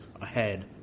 ahead